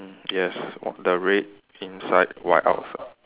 yes the red inside white outside